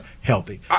healthy